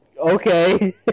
Okay